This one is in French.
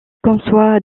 conçoit